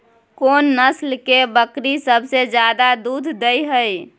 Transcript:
कोन नस्ल के बकरी सबसे ज्यादा दूध दय हय?